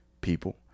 people